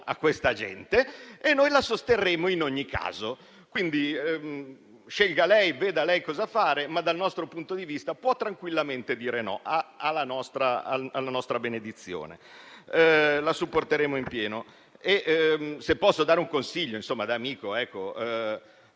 a questa gente e noi la sosterremo in ogni caso, quindi scelga lei cosa fare, ma dal nostro punto di vista può tranquillamente dire no, ha la nostra benedizione, la supporteremo in pieno. Se posso dare un consiglio da amico,